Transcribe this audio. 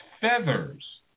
feathers